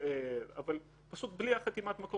העתק כתב ייפוי הכוח,